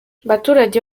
baturage